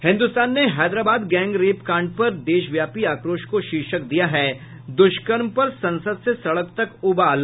हिन्दुस्तान ने हैदराबाद गैंग रेपकांड पर देशव्यापी आक्रोश को शीर्षक दिया है दुष्कर्म पर संसद से सड़क तक उबाल